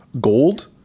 gold